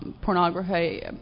pornography